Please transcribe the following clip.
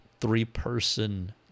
three-person